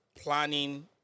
planning